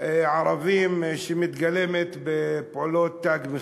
ערבים שמתגלמת בפעולות "תג מחיר".